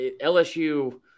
LSU